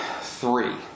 three